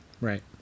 Right